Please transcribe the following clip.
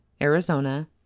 Arizona